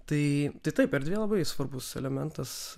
tai taip erdvė labai svarbus elementas